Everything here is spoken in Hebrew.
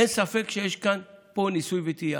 אין ספק שיש כאן ניסוי וטעייה.